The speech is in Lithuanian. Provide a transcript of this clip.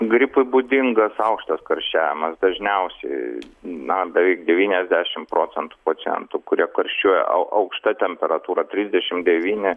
gripui būdingas aukštas karščiavimas dažniausiai na beveik devyniasdešimt procent pacientų kurie karščiuoja aukšta temperatūra trisdešimt devyni